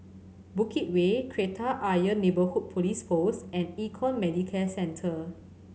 Bukit Way Kreta Ayer Neighbourhood Police Post and Econ Medicare Centre